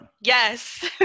yes